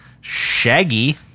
Shaggy